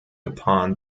upon